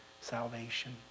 salvation